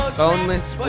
boneless